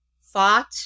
fought